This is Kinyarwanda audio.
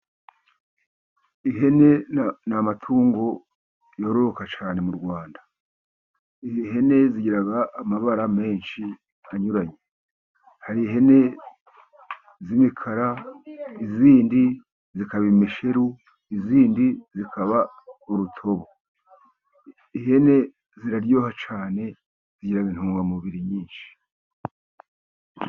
Ihene ni amatungo yororoka cyane mu Rwanda. Ihene zigira amabara menshi anyuranye， hari ihene z'imikara，izindi zikaba imishiru， izindi zikaba urutobo. Ihene ziraryoha cyane， zigira intungamubiri nyinshi.